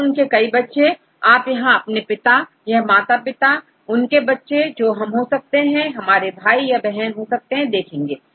तो उनके कई बच्चे यहां आप अपने पिता यह माता फिर उनके बच्चे जो हम हो सकते हैं हमारे भाई या बहन हो सकते हैं देखेंगे